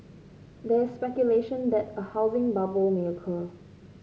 there is speculation that a housing bubble may occur